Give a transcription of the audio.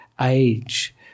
age